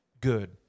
good